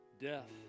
death